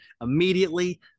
Immediately